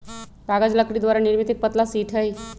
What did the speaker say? कागज लकड़ी द्वारा निर्मित एक पतला शीट हई